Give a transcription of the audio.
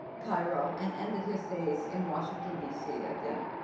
cairo and ended his days in washington dc again.